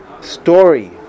story